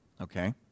okay